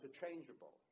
interchangeable